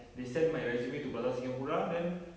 they send my resume to plaza singapura then